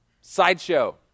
sideshow